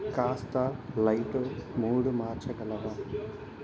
కాస్త light mode మార్చగలవా